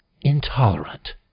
intolerant